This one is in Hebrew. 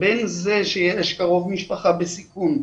בין זה שיש קרוב משפחה בסיכון,